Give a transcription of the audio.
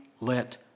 let